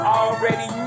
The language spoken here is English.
already